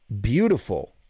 Beautiful